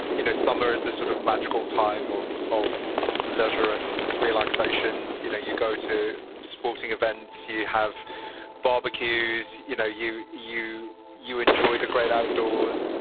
you know, summer is the sort of magical time of of leisure and relaxation. you know, you go to sporting events. you have barbecues. you know, you you you enjoy the great outdoors